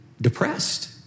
depressed